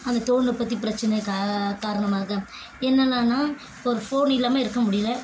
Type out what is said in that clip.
அந்த தொழில்நுட்பத்தின் பிரச்சினை கா காரணமாக என்னென்னன்னா ஒரு ஃபோன் இல்லாமல் இருக்கற முடியல